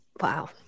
wow